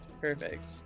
Perfect